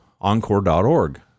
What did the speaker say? Encore.org